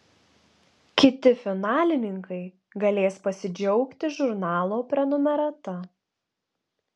kiti finalininkai galės pasidžiaugti žurnalo prenumerata